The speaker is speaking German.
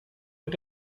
mit